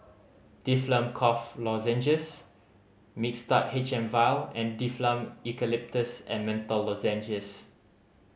Difflam Cough Lozenges Mixtard H M Vial and Difflam Eucalyptus and Menthol Lozenges